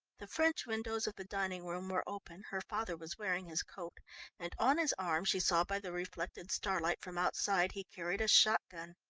the french windows of the dining-room were open, her father was wearing his coat and on his arm she saw by the reflected starlight from outside he carried a shot-gun.